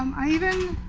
um i even